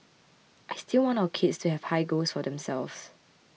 I still want our kids to have high goals for themselves